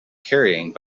carrying